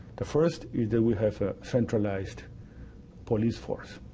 the first is we have centralized police force.